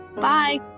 Bye